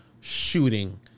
shooting